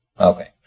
Okay